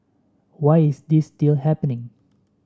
why is this still happening